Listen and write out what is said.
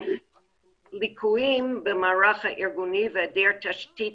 ליקויים במערך הארגוני והיעדר תשתית